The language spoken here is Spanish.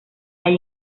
hay